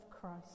Christ